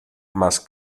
más